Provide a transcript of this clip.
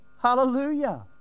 Hallelujah